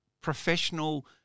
professional